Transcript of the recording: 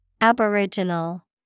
Aboriginal